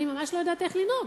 אני ממש לא יודעת איך לנהוג.